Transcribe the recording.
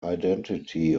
identity